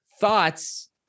thoughts